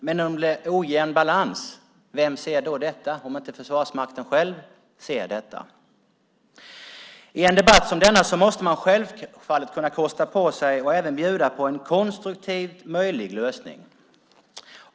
Men om det blir ojämn balans - vem ser då detta om inte Försvarsmakten själv gör det? I en debatt som denna måste man självfallet kunna kosta på sig att även bjuda på en konstruktivt möjlig lösning.